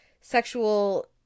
sexual